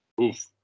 Oof